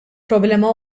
problema